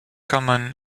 common